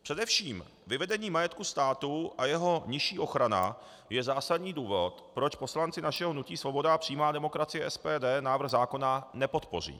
Především vyvedení majetku státu a jeho nižší ochrana je zásadní důvod, proč poslanci našeho hnutí Svoboda a přímá demokracie, SPD, návrh zákona nepodpoří.